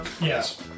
Yes